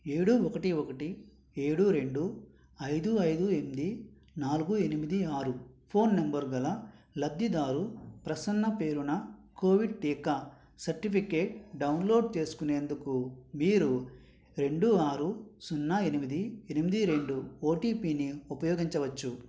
ఏడు ఒకటి ఒకటి ఏడు రెండు ఐదు ఐదు ఎనిమిది నాలుగు ఎనిమిది ఆరు ఫోన్ నంబరు గల లబ్ధిదారు ప్రసన్నపేరున కోవిడ్ టీకా సర్టిఫికేట్ డౌన్లోడ్ చేసుకునేందుకు మీరు రెండు ఆరు సున్నా ఎనిమిది ఎనిమిది రెండు ఓటీపీని ఉపయోగించవచ్చు